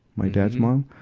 my dad's mom.